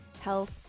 health